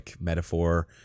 metaphor